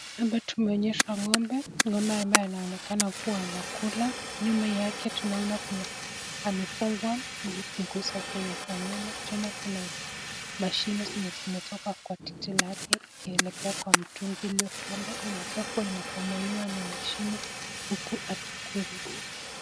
Hapa tumeonyeshwa ng'ombe, ng'ombe ambaye anaonekana kuwa anakula, nyuma yake tunaona amefungwa mguu zake za nyuma, tena kuna mashine zenye zinatoka kwa titi lake likielekea kwa mtungi iliyo kando, inakaa kuwa inakamuliwa na mashine huku akikula.